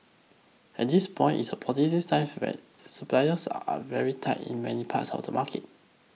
at this point it's a positive sign while supplies are very tight in many parts of the market